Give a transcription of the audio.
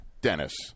Dennis